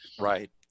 Right